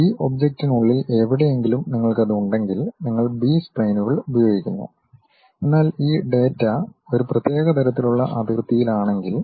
ആ ഒബ്ജക്റ്റിനുള്ളിൽ എവിടെയെങ്കിലും നിങ്ങൾക്കത് ഉണ്ടെങ്കിൽ നിങ്ങൾ ബി സ്പ്ലൈനുകൾ ഉപയോഗിക്കുന്നു എന്നാൽ ഈ ഡാറ്റ ഒരു പ്രത്യേക തരത്തിലുള്ള അതിർത്തിയിലാണെങ്കിൽ